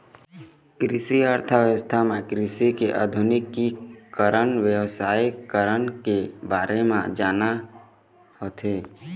कृषि अर्थसास्त्र म कृषि के आधुनिकीकरन, बेवसायिकरन के बारे म जानना होथे